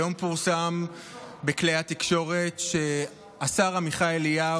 היום פורסם בכלי התקשורת שהשר עמיחי אליהו